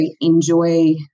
enjoy